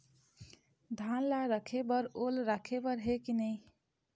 धान ला रखे बर ओल राखे बर हे कि नई?